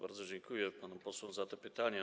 Bardzo dziękuję panom posłom za te pytania.